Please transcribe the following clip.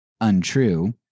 untrue